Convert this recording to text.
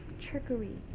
trickery